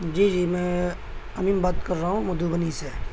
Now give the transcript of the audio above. جی جی میں بات کر رہا ہوں مدھوبنی سے